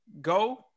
Go